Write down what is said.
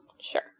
Sure